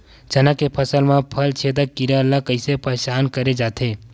चना के फसल म फल छेदक कीरा ल कइसे पहचान करे जाथे?